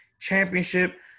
Championship